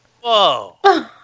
Whoa